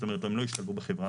זאת אומרת הם לא ישתלבו בחברה.